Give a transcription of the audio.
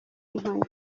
inkoni